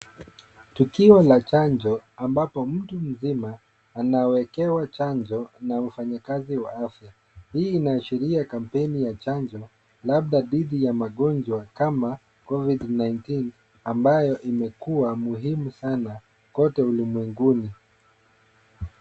Tukio la chanjo ambapo mtu mzima anawekewa chanjo na mfanyakazi wa afya. Hii inaashiria kampiaini ya chanjo labda dhidi ya magonjwa kama COVID 19 ambayo imekua muhimu sana kote ulimwenguni.